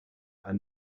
are